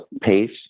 pace